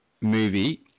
movie